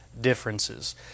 differences